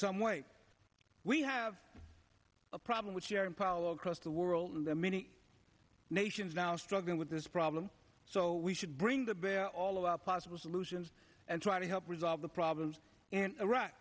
some way we have a problem with sharing pollo across the world and the many nations now struggling with this problem so we should bring the bear all of the possible solutions and try to help resolve the problems in iraq